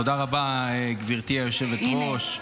תודה רבה, גברתי היושבת-ראש.